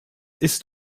ist